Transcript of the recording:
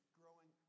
growing